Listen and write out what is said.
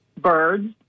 birds